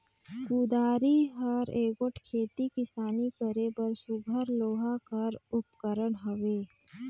कुदारी हर एगोट खेती किसानी करे बर सुग्घर लोहा कर उपकरन हवे